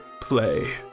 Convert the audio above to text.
play